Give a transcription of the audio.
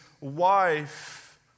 wife